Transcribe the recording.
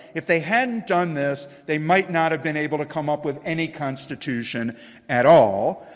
if they hadn't done this, they might not have been able to come up with any constitution at all.